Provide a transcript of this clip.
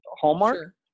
Hallmark